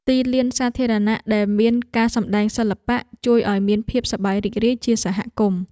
ទីលានសាធារណៈដែលមានការសម្តែងសិល្បៈ ជួយឱ្យមានភាពសប្បាយរីករាយជាសហគមន៍។